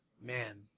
man